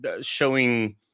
showing